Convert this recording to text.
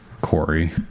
Corey